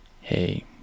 hey